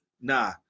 nah